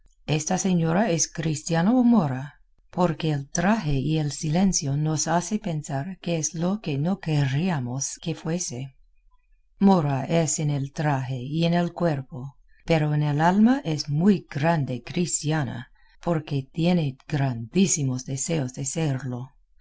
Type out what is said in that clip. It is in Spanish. esta señora es cristiana o mora porque el traje y el silencio nos hace pensar que es lo que no querríamos que fuese mora es en el traje y en el cuerpo pero en el alma es muy grande cristiana porque tiene grandísimos deseos de serlo